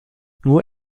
nur